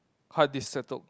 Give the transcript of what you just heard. hard disk settled